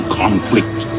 conflict